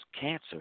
cancer